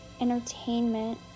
entertainment